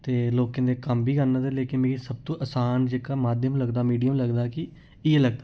ते लोकें दे कम्म बी करना ते लेकिन मिगी सब थमां असान जेह्का माध्यम लगदा मिडियम लगदा कि इ'यै लगदा